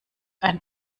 ein